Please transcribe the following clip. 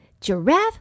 Giraffe